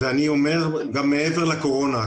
אני אומר גם מעבר לקורונה.